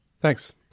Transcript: Thanks